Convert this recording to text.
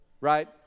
right